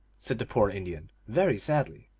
said the poor indian, very sadly.